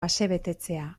asebetetzea